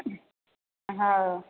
हँ